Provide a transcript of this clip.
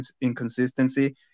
inconsistency